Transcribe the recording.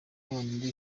none